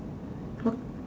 oh